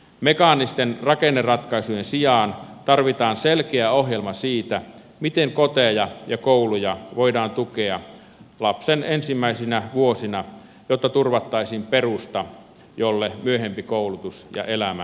mekaanisten rakenneratkaisujen sijaan tarvitaan selkeä ohjelma siitä miten koteja ja kouluja voidaan tukea lapsen ensimmäisinä vuosina jotta turvattaisiin perusta jolle myöhempi koulutus ja elämä voi rakentua